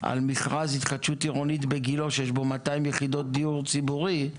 על מכרז התחדשות עירונית בגילה שיש בו 200 יחידות דיור ציבורי,